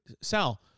Sal